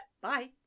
Bye